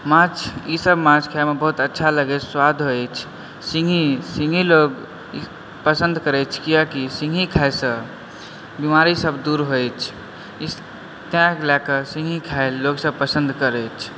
माछ ई सब माछ खाइमे बहुत अच्छा लगैए स्वाद होइछ सिङ्गही सिङ्गही लोग पसन्द करैछ किए कि सिङ्गही खाइसऽ बीमारी सब दूर होइछ इस तै लए कऽ सिङ्गही खाइ ले लोग सब पसन्द करैछ